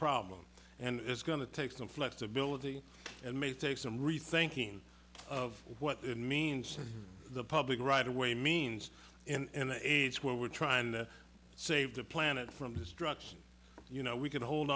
problem and it's going to take some flexibility and may take some rethinking of what it means to the public right of way means in age where we're trying to save the planet from destruction you know we can hold